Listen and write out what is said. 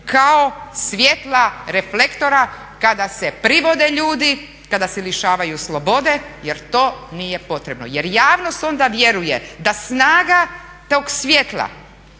kao svjetla reflektora kada se privode ljudi, kada se lišavaju slobode jer to nije potrebno. Jer javnost onda vjeruje da snaga tog svjetla